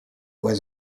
was